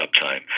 uptime